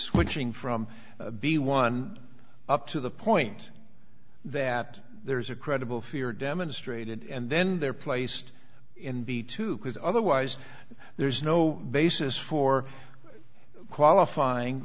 switching from be one up to the point that there's a credible fear demonstrated and then they're placed in the two because otherwise there's no basis for qualifying